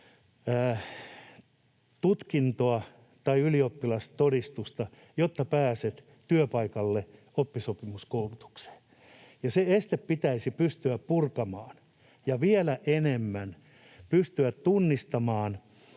tutkintoa tai ylioppilastodistusta, jotta pääsee työpaikalle oppisopimuskoulutukseen. Se este pitäisi pystyä purkamaan ja vielä enemmän pystyä tunnistamaan